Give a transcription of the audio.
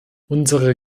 unsere